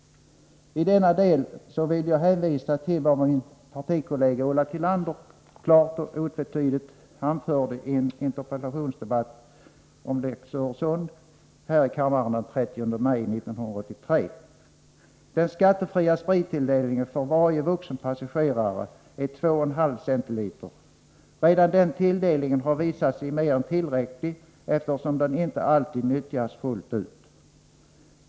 I denna del vill jag hänvisa till vad min partikollega Ulla Tillander klart och otvetydigt anförde i en interpellationsdebatt om lex Öresund här i kammaren den 30 maj 1983. Den skattefria sprittilldelningen för varje vuxen passagerare är 2,5 cl. Redan den tilldelningen har visat sig mer än tillräcklig, eftersom den inte alltid nyttjas fullt ut.